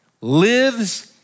lives